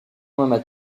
lendemain